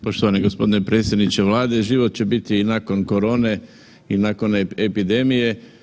Poštovani gospodine predsjedniče Vlade, život će biti i nakon korone i nakon epidemije.